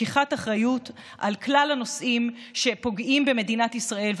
לקיחת אחריות על כלל הנושאים שפוגעים במדינת ישראל.